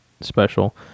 special